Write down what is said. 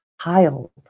child